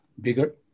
bigger